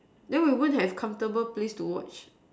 then we won't have comfortable place to watch